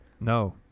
No